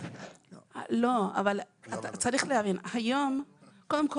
לא, אם היום אנחנו